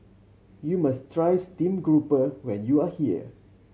you must try steamed grouper when you are here